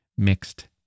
Mixed